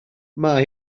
mae